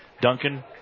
Duncan